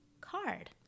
card